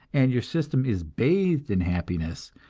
and your system is bathed in happiness,